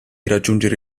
raggiungere